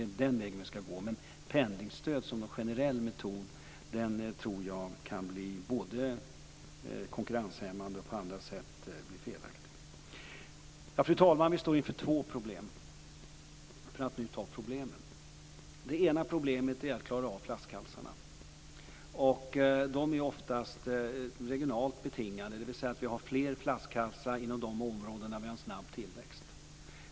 Det är den vägen vi ska gå. Men att ha pendlingsstöd som någon generell metod tror jag kan bli både konkurrenshämmande och felaktigt på andra sätt. Fru talman! Vi står inför två problem, om jag nu ska ta upp problemen. Det ena problemet är att vi ska klara av flaskhalsarna, och de är oftast regionalt betingade, dvs. att det är fler flaskhalsar inom de områden där det är en snabb tillväxt.